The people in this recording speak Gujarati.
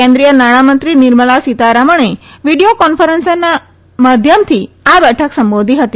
કેન્દ્રિય નાણામંત્રી નિર્મલા સીતારમણે વીડીયો કોન્ફરન્સના માધ્યમથી આ બેઠક સંબોધી હતી